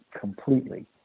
completely